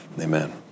Amen